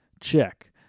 Check